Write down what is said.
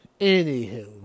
Anywho